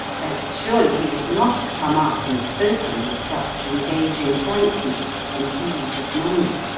else surely he would not have come up and spoken with such engaging frankness and ease of manner.